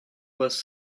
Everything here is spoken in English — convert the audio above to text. was